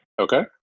Okay